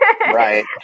right